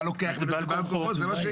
אתה לוקח ובעל כורחו.